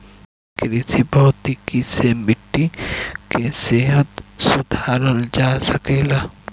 कृषि भौतिकी से मिट्टी कअ सेहत सुधारल जा सकेला